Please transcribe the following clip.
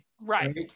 Right